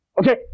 Okay